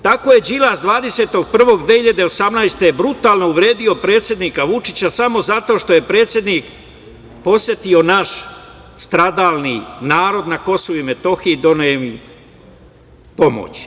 Tako je Đilas 20.1.2018. godine brutalno uvredio predsednika Vučića samo zato što je predsednik posetio naš stradalni narod na Kosovu i Metohiji, doneo im pomoć.